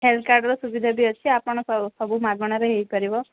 health କାର୍ଡ଼ର ସୁବିଧା ବି ଅଛି ଆପଣ ସବୁ ମାଗଣାରେ ହୋଇପାରିବ